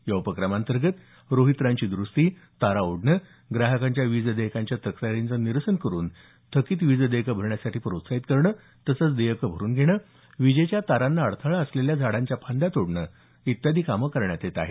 या उपक्रमा अंतर्गत रोहित्रांची दरुस्ती तारा ओढणे ग्राहकांच्या विज देयकांच्या तक्रारींचे निरसन करुन ग्राहकांना थकीत विज देयकं भरण्यासाठी प्रोत्साहित करणं तसंच देयकं भरुन घेणं वीजेच्या तारांना अडथळा असलेल्या झाडांच्या फांद्या तोडणं इत्यादी कामे करण्यात येत आहेत